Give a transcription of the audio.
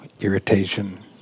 Irritation